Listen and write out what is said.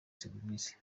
serivise